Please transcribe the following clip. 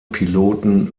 piloten